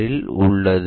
இல் உள்ளது